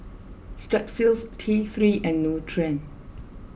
Strepsils T three and Nutren